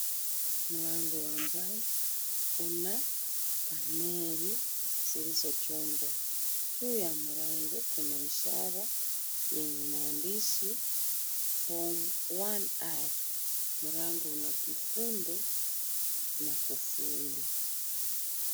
Mlango wa mbao una paneli zilizochongwa. Juu ya mlango kuna ishara yenye maandishi Form 1R .Mlango una kifundo na kufuli.